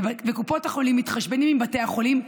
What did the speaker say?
וקופות החולים מתחשבנות עם בתי החולים,